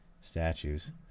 statues